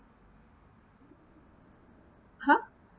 !huh!